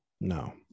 No